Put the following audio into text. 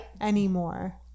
anymore